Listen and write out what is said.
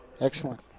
Excellent